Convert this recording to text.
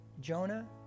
Jonah